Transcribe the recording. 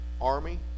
army